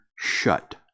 shut